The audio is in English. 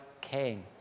king